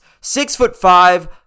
Six-foot-five